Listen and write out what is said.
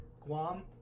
Guam